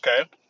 Okay